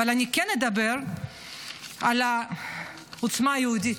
אבל אני כן אדבר על עוצמה יהודית: